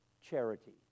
charity